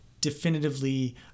definitively